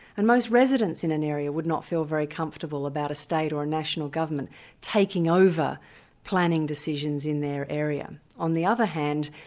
and most residents in an area would not feel very comfortable about a state or a national government taking over planning decisions in their area. on the other hand,